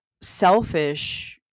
selfish